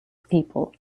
people